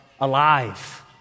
alive